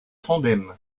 tandem